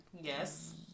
yes